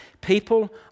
People